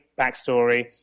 backstory